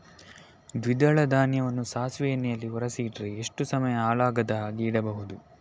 ದ್ವಿದಳ ಧಾನ್ಯವನ್ನ ಸಾಸಿವೆ ಎಣ್ಣೆಯಲ್ಲಿ ಒರಸಿ ಇಟ್ರೆ ಎಷ್ಟು ಸಮಯ ಹಾಳಾಗದ ಹಾಗೆ ಇಡಬಹುದು?